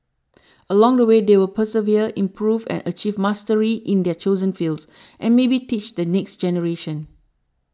along the way they will persevere improve and achieve mastery in their chosen fields and maybe teach the next generation